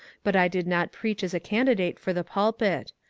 but i did not preach as a candidate for the pulpit.